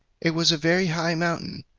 it was a very high mountain,